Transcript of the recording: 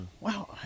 Wow